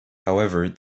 however